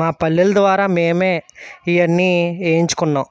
మా పల్లెల ద్వారా మేమే ఇవన్నీ వేయించుకున్నాం